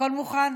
הכול מוכן?